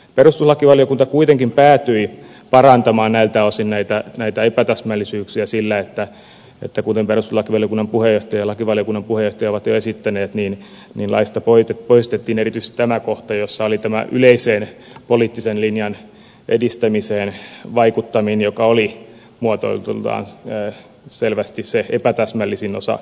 perustuslakivaliokunta kuitenkin päätyi parantamaan näiltä osin näitä epätäsmällisyyksiä sillä kuten perustuslakivaliokunnan ja lakivaliokunnan puheenjohtajat ovat jo esittäneet että laista poistettiin erityisesti tämä kohta jossa oli tämä yleiseen poliittisen linjan edistämiseen vaikuttaminen joka oli muotoilultaan selvästi se epätäsmällisin osa